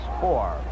four